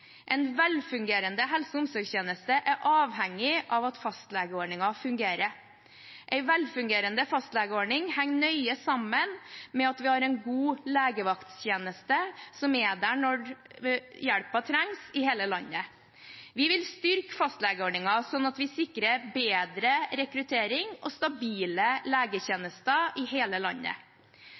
En velfungerende helse- og omsorgstjeneste er avhengig av at fastlegeordningen fungerer. En velfungerende fastlegeordning henger nøye sammen med at vi har en god legevakttjeneste, som er der når hjelpen trengs, i hele landet. Vi vil styrke fastlegeordningen slik at vi sikrer bedre rekruttering og stabile legetjenester i hele landet.